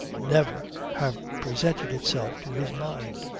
never have presented itself to his mind.